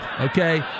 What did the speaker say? okay